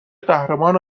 قهرمان